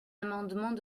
amendement